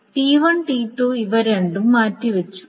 T1 T2 ഇവ രണ്ടും മാറ്റിവച്ചു